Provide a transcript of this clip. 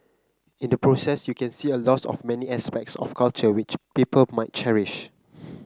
in the process you can see a loss of many aspects of culture which people might cherish